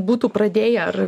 būtų pradėję ar